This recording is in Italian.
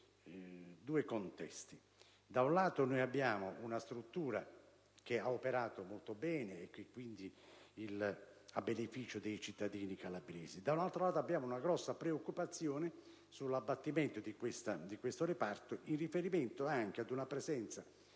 due contesti: da un lato, abbiamo una struttura che ha operato molto bene a beneficio dei cittadini calabresi; dall'altro, abbiamo una grossa preoccupazione sull'abbattimento di questo reparto, in riferimento anche ad una presenza